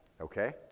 Okay